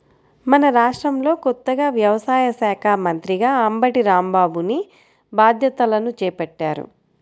మన రాష్ట్రంలో కొత్తగా వ్యవసాయ శాఖా మంత్రిగా అంబటి రాంబాబుని బాధ్యతలను చేపట్టారు